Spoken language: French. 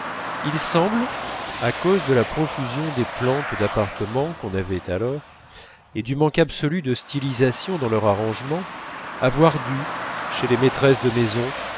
il semble à cause de la profusion des plantes d'appartement qu'on avait alors et du manque absolu de stylisation dans leur arrangement avoir dû chez les maîtresses de maison